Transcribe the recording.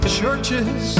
churches